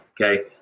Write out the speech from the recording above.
Okay